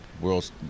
World